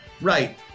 right